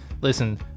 listen